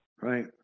right